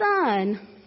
son